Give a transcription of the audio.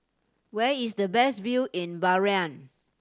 where is the best view in Bahrain